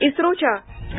इस्रोच्या पी